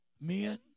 men